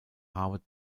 harvard